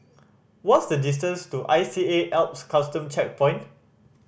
what's the distance to I C A Alps Custom Checkpoint